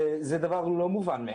וזה לא דבר מובן מאליו.